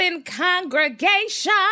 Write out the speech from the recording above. congregation